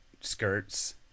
skirts